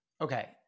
Okay